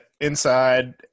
inside